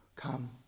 Come